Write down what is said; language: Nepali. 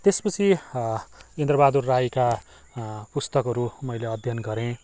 त्यसपछि इन्द्रबहादुर राईका पुस्तकहरू मैले अध्ययन गरेँ